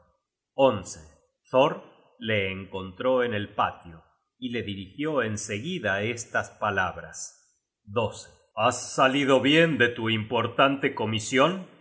thor le encontró en el patio y le dirigió en seguida estas palabras has salido bien de tu importante comision